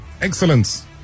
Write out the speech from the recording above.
excellence